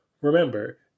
Remember